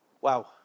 Wow